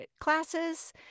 classes